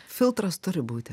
filtras turi būti